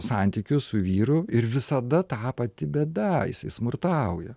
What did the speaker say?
santykius su vyru ir visada ta pati bėda jisai smurtauja